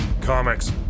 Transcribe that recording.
comics